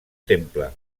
temple